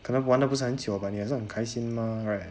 可能玩的不是很久 but 你好像很开心 mah right